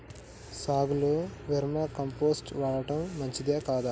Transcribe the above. సాగులో vermicompost వాడటం మంచిదే కదా?